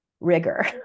Rigor